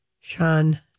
Sean